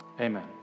Amen